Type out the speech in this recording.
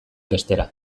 bestera